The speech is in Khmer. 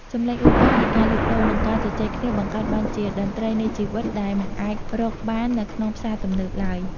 សំឡេងអ៊ូអរនៃការលក់ដូរនិងការជជែកគ្នាបង្កើតបានជាតន្ត្រីនៃជីវិតដែលមិនអាចរកបាននៅក្នុងផ្សារទំនើបឡើយ។